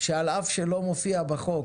שאל אף שלא מופיע בחוק,